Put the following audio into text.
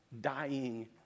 dying